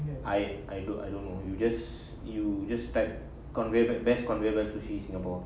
I I don't I don't know you just you just type conveyor best conveyor belt sushi in singapore